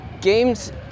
Games